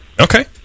Okay